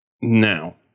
Now